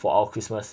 for our christmas